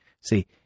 See